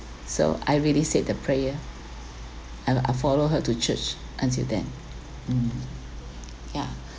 so I really said the prayer I I follow her to church until then mm yeah